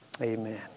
amen